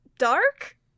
dark